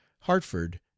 Hartford